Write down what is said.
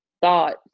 thoughts